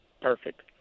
perfect